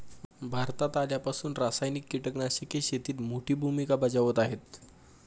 भारतात आल्यापासून रासायनिक कीटकनाशके शेतीत मोठी भूमिका बजावत आहेत